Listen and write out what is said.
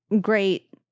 great